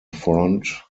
front